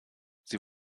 sie